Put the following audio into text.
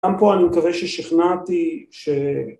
‫גם פה אני מקווה ששכנעתי ש...